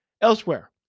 Elsewhere